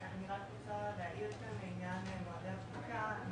אני רוצה להעיר כאן לעניין מועדי הבדיקה.